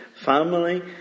family